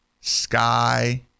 Sky